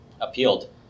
appealed